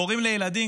והורים לילדים,